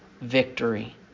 victory